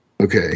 Okay